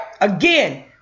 Again